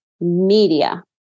media